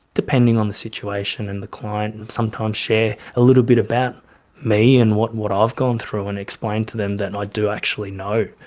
depending on the situation and the client, sometimes share a little bit about me and what what i've gone through and explained to them that i do actually know.